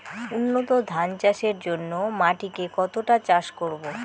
উন্নত ধান চাষের জন্য মাটিকে কতটা চাষ করব?